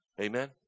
Amen